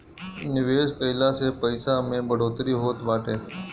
निवेश कइला से पईसा में बढ़ोतरी होत बाटे